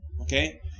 Okay